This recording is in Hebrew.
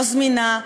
לא זמינה,